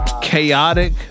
chaotic